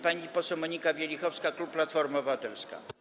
Pani poseł Monika Wielichowska, klub Platforma Obywatelska.